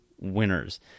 winners